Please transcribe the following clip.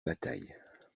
bataille